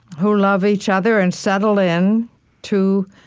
who love each other and settle in to